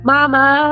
Mama